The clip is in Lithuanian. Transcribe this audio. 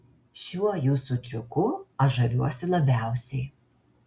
šiuo jūsų triuku aš žaviuosi labiausiai